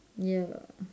ya lah